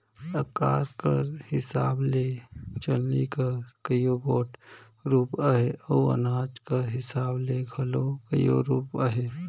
अकार कर हिसाब ले चलनी कर कइयो गोट रूप अहे अउ अनाज कर हिसाब ले घलो कइयो रूप अहे